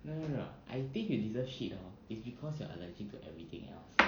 no no no I think you deserve shit hor is because you're allergic to everything else